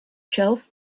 shelf